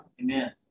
Amen